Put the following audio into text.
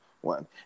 one